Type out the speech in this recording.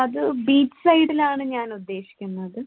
അത് ബീച്ച് സൈഡിലാണ് ഞാനുദ്ദേശിക്കുന്നത്